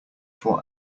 four